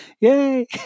yay